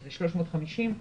350,